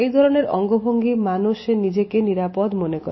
এ ধরনের অঙ্গভঙ্গিতে মানুষ নিজেকে নিরাপদ মনে করে